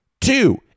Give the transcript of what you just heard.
Two